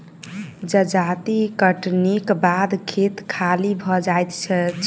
जजाति कटनीक बाद खेत खाली भ जाइत अछि